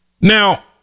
Now